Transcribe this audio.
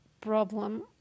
problem